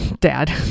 Dad